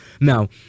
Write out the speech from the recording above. Now